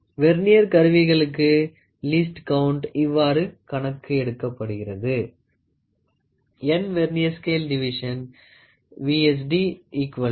vernier கருவிகளுக்கு least count இவ்வாறு கணக்கு எடுக்கப்படுகிறது n Vernier Scale Division V